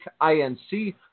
Inc